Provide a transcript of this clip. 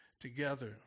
together